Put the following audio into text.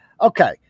Okay